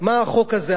אי-אפשר להאמין,